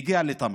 מגיע לטמרה.